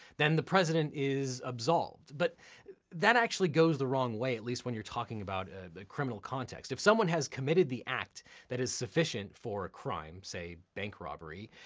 then the president is absolved, but that actually goes the wrong way, at least when you're talking about ah a criminal context. if someone has committed the act that is sufficient for a crime, say bank robbery,